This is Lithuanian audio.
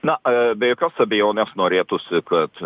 na be jokios abejonės norėtųsi kad